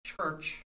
church